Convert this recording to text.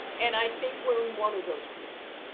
and i think we're in one of those periods,